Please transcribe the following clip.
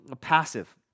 passive